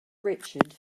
richard